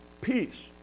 Peace